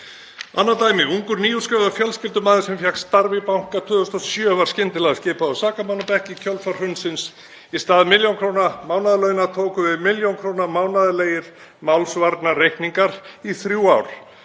Annað dæmi: Ungum nýútskrifuðum fjölskyldumanni, sem fékk starf í banka 2007, var skyndilega skipað á sakamannabekk í kjölfar hrunsins. Í stað milljón króna mánaðarlauna tóku við milljón króna mánaðarlegir málsvarnarreikningar í þrjú ár.